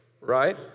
right